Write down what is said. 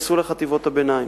נכנסו לחטיבות הביניים.